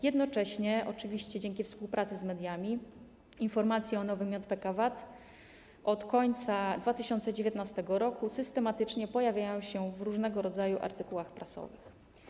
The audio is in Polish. Jednocześnie, oczywiście dzięki współpracy z mediami, informacje o nowym JPK_VAT od końca 2019 r. systematycznie pojawiają się w różnego rodzaju artykułach prasowych.